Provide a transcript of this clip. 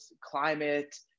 climate